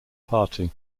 party